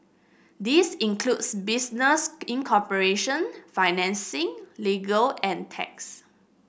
this includes business incorporation financing legal and tax